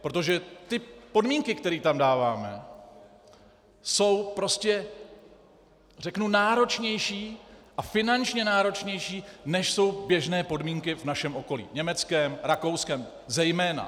Protože ty podmínky, které tam dáváme, jsou prostě náročnější, a finančně náročnější, než jsou běžné podmínky v našem okolí, německém, rakouském zejména.